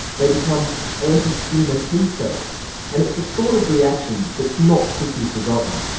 they become anti-tumour t cells and it's the sort of reaction that's not quickly forgotten.